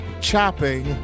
chopping